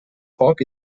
foc